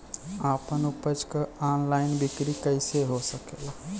आपन उपज क ऑनलाइन बिक्री कइसे हो सकेला?